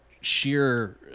sheer